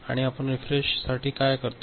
आणि आपण रीफ्रेश साठी काऊ करतो